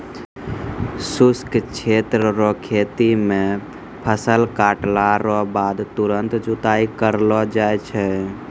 शुष्क क्षेत्र रो खेती मे फसल काटला रो बाद तुरंत जुताई करलो जाय छै